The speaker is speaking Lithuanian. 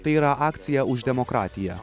tai yra akcija už demokratiją